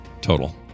total